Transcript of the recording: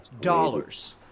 dollars